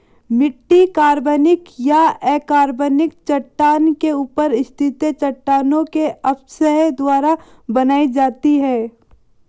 मिट्टी कार्बनिक या अकार्बनिक चट्टान के ऊपर स्थित है चट्टानों के अपक्षय द्वारा बनाई जाती है